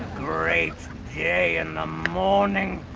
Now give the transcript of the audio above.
great day in the morning,